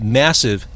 massive